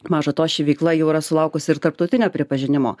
maža to ši veikla jau yra sulaukusi ir tarptautinio pripažinimo